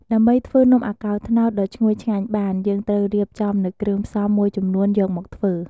ដើម្បីធ្វើនំអាកោរត្នោតដ៏ឈ្ងុយឆ្ងាញ់បាន យើងត្រូវរៀបចំនូវគ្រឿងផ្សំមួយចំនួនយកមកធ្វើ។